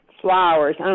flowers